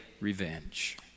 revenge